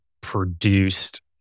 produced